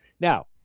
Now